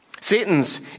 Satan's